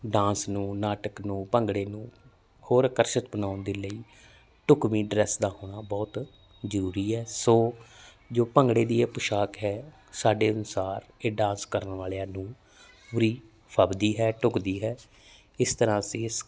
dance ਨੂੰ ਨਾਟਕ ਨੂੰ ਭੰਗੜੇ ਨੂੰ ਹੋਰ ਆਕਰਸ਼ਿਤ ਬਣਾਉਣ ਦੇ ਲਈ ਢੁਕਵੀਂ ਡਰੈਸ ਦਾ ਹੋਣਾ ਬਹੁਤ ਜਰੂਰੀ ਹੈ ਸੋ ਜੋ ਭੰਗੜੇ ਦੀ ਪੋਸ਼ਾਕ ਹੈ ਸਾਡੇ ਅਨੁਸਾਰ ਇਹ ਡਾਸ ਕਰਨ ਵਾਲਿਆਂ ਨੂੰ ਪੂਰੀ ਫੱਬਦੀ ਹੈ ਢੁੱਕਦੀ ਹੈ ਇਸ ਤਰਹਾਂ ਅਸੀਂ ਇਸ